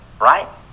right